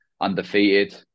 undefeated